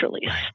release